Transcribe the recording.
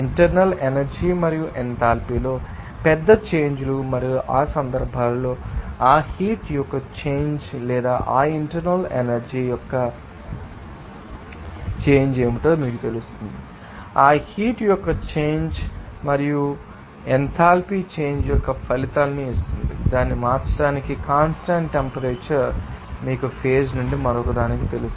internal energy మరియు ఎంథాల్పీలో పెద్ద చేంజ్ లు మరియు ఆ సందర్భంలో ఆ హీట్ యొక్క చేంజ్ లేదా ఆ ఇంటర్నల్ ఎనర్జీ యొక్క చేంజ్ ఏమిటో మీకు తెలుస్తుంది మరియు ఆ హీట్ మీకు చేంజ్ తెలుసు మరియు ఇది మీకు ఎంథాల్పీ చేంజ్ యొక్క ఫలితాన్ని ఇస్తుంది దాన్ని మార్చడానికి కాన్స్టాంట్ టెంపరేచర్ మీకు ఫేజ్ నుండి మరొకదానికి తెలుసు